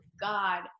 God